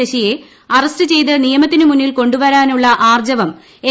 ശശിയെ അറസ്റ്റ് ചെയ്ത് നിയമത്തിന് മുന്നിൽ കൊണ്ടുവരാനുള്ള ആർജ്ജവം എൽ